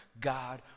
God